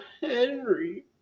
Henry